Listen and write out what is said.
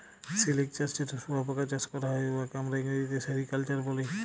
সিলিক চাষ যেট শুঁয়াপকা চাষ ক্যরা হ্যয়, উয়াকে আমরা ইংরেজিতে সেরিকালচার ব্যলি